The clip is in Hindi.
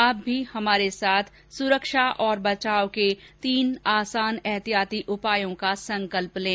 आप भी हमारे साथ सुरक्षा और बचाव के तीन आसान एहतियाती उपायों का संकल्प लें